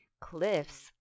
cliffs